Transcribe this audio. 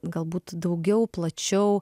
galbūt daugiau plačiau